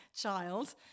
child